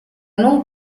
non